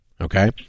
okay